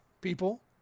people